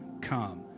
come